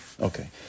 Okay